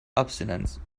abstinenz